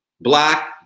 black